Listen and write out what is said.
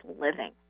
living